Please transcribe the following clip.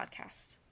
podcast